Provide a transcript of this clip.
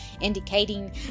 indicating